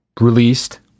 released